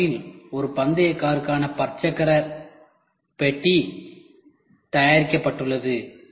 இந்த படத்தில் ஒரு பந்தய காருக்கான பற்சக்கர பெட்டி தயாரிக்கப்பட்டுள்ளது